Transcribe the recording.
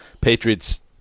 Patriots